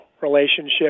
relationship